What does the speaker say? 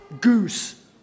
Goose